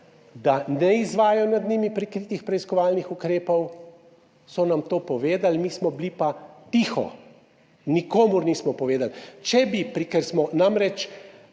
da ne izvajajo nad njimi prikritih preiskovalnih ukrepov. So nam to povedali, mi smo bili pa tiho. Nikomur nismo povedali. Če bi, ker smo namreč